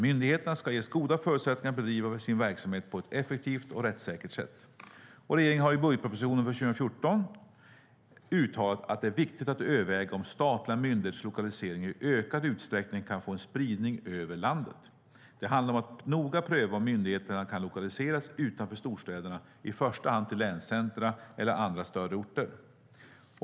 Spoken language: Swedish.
Myndigheterna ska ges goda förutsättningar att bedriva sin verksamhet på ett effektivt och rättssäkert sätt. Regeringen har i budgetpropositionen för 2014 uttalat att det är viktigt att överväga om statliga myndigheters lokalisering i ökad utsträckning kan få en spridning över landet. Det handlar om att noga pröva om myndigheterna kan lokaliseras utanför storstäderna, i första hand till länscentrum eller andra större orter.